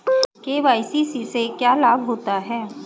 KYC से क्या लाभ होता है?